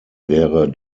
wäre